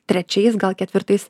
trečiais gal ketvirtais